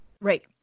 Right